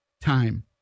time